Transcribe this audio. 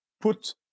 put